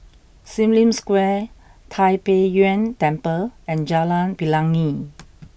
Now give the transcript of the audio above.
Sim Lim Square Tai Pei Yuen Temple and Jalan Pelangi